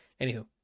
Anywho